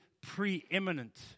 preeminent